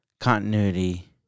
Continuity